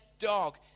dog